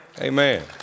Amen